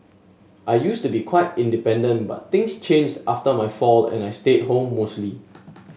I used to be quite independent but things changed after my fall and I stayed at home mostly